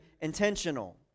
intentional